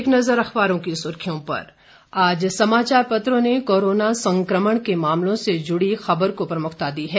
एक नज़र अखबारों की सुर्खियों पर आज समाचार पत्रों ने कोरोना संकमण के मामलों से जुड़ी खबर को प्रमुखता दी है